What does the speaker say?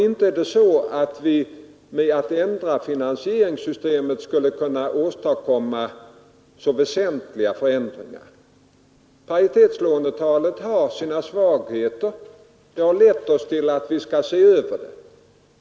Inte skulle vi genom att ändra finansieringssystemet kunna åstadheter, och vetskapen därom har lett oss till att se över det.